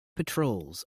patrols